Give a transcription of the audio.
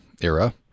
era